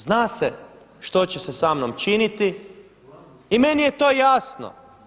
Zna se što će se sa mnom činiti i meni je to jasno.